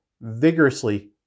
vigorously